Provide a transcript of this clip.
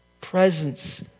presence